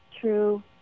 true